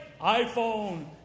iPhone